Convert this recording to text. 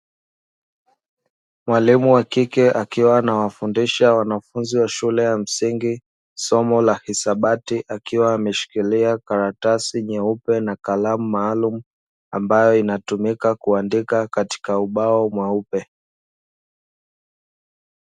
Mwalimu wa kike akiwa anawafundisha wanafunzi wa shule ya msingi somo la hisabati; akiwa ameshikilia karatasi ya rangi nyeupe na kalamu maalumu ambayo inatumika kuandika katika ubao mweupe.